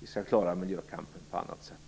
Vi skall klara miljökampen på annat sätt.